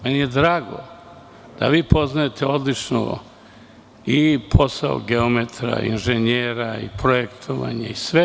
Meni je drago da vi poznajete odlično i posao geometra, i inženjera, i projektovanje i sve.